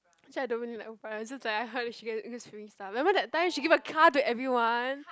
actually I don't really like Oprah it's just that I heard she gets she gives free stuff remember that time she give a car to everyone